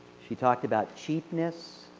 she talked about cheapness.